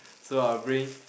so I will bring